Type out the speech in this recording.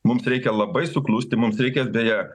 mums reikia labai suklusti mums reikės beje